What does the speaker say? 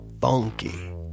funky